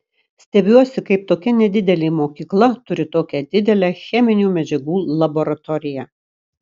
stebiuosi kaip tokia nedidelė mokykla turi tokią didelę cheminių medžiagų laboratoriją